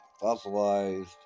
Fossilized